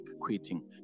quitting